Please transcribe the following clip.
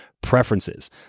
preferences